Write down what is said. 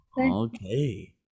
Okay